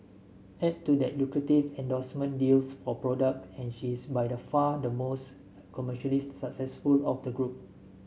add to that lucrative endorsement deals for product and she is by far the most commercially successful of the group